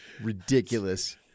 Ridiculous